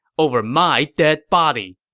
over my dead body!